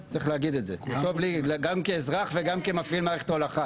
גם כאזרח וגם כמפעיל מערכת ההולכה.